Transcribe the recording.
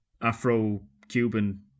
Afro-Cuban